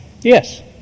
Yes